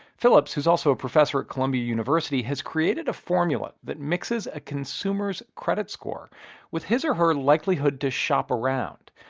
phillips, who's also a professor at columbia university, has created a formula that mixes a consumer's credit score with a his or her likelihood to shop around.